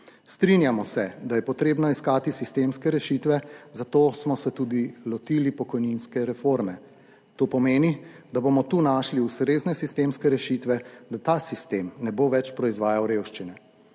Strinjamo se, da je treba iskati sistemske rešitve, zato smo se tudi lotili pokojninske reforme. To pomeni, da bomo tu našli ustrezne sistemske rešitve, da ta sistem ne bo več proizvajal revščine,